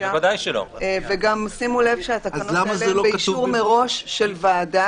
וגם שימו לב שהתקנות האלה באישור מראש של ועדה,